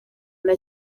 nta